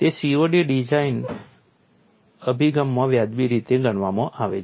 તે COD design અભિગમમાં વ્યાજબી રીતે ગણવામાં આવે છે